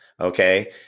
Okay